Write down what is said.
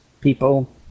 people